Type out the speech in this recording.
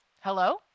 Hello